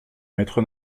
maître